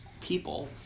people